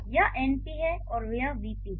यह एनपी है और यह वीपी है